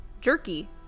Jerky